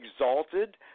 exalted